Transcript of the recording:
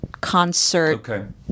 concert